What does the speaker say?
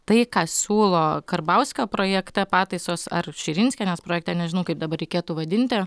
tai ką siūlo karbauskio projekte pataisos ar širinskienės projekte nežinau kaip dabar reikėtų vadinti